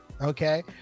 Okay